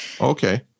Okay